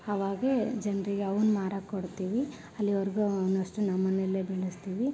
ಅವಾಗ ಜನ್ರಿಗೆ ಅವುನ್ನ ಮಾರೋಕ್ ಕೊಡ್ತೀವಿ ಅಲ್ಲಿವರೆಗೂ ಅವುನ್ನ ಅಷ್ಟು ನಮ್ಮಮನೆಯಲ್ಲೆ ಬೆಳೆಸ್ತೀವಿ